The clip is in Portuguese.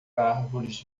árvores